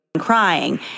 crying